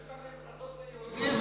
כמה אפשר להתחזות ליהודי,